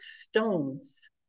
stones